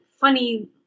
funny